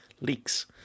leaks